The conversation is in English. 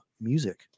music